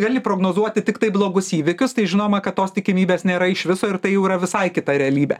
gali prognozuoti tiktai blogus įvykius tai žinoma kad tos tikimybės nėra iš viso ir tai jau yra visai kita realybė